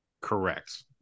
Correct